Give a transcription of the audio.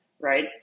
right